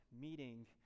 meeting